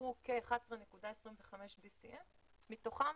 נצרכו כ-11.25 BCM, מתוכם